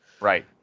Right